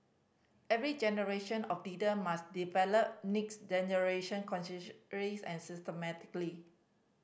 every generation of leader must develop next generation consciously and systematically